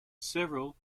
several